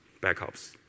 backups